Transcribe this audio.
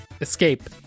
escape